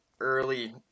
early